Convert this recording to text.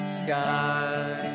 sky